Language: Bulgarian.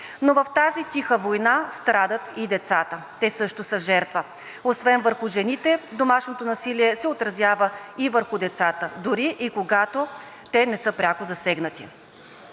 Но в тази тиха война страдат и децата, те също са жертва. Освен върху жените домашното насилие се отразява и върху децата, дори и когато те не са пряко засегнати.